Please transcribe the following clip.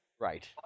Right